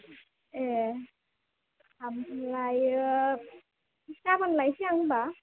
ए ओमफ्रायो गाबोन लायनोसै आं होमबा